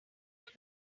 from